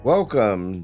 Welcome